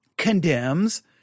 Condemns